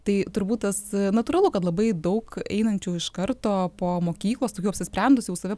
tai turbūt tas natūralu kad labai daug einančių iš karto po mokyklos tokių apsisprendusių jau save